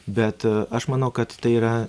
bet aš manau kad tai yra